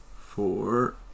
four